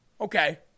Okay